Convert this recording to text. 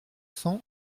cents